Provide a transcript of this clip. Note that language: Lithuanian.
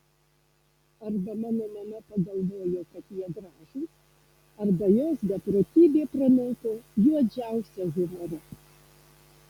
arba mano mama pagalvojo kad jie gražūs arba jos beprotybė pranoko juodžiausią humorą